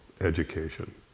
education